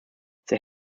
they